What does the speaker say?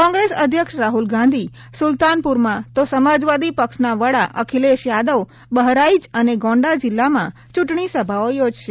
કોંગ્રેસ અધ્યક્ષ રાહુલ ગાંધી સુલતાનપુરમાં તો સમાજવાદી પક્ષના વડા અખિલેશ યાદવ બહરાઈચ અને ગોંન્ડા જીલ્લામાં ચુંટણી સભાઓ યોજશે